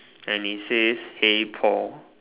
and he says hey Paul